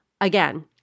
Again